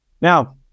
now